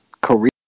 career